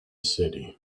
city